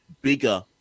bigger